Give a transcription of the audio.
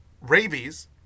Rabies